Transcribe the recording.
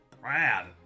Brad